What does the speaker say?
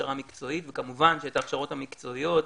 הכשרה מקצועית וכמובן שההכשרות המקצועיות,